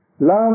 Love